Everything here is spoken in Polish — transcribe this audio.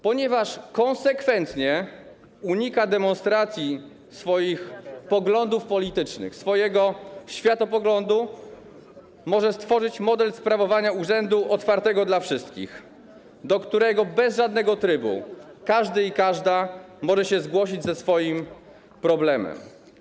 Ponieważ konsekwentnie unika demonstracji swoich poglądów politycznych, swojego światopoglądu, może stworzyć model sprawowania urzędu otwartego dla wszystkich, do którego bez żadnego trybu każdy i każda mogą się zgłosić ze swoim problemem.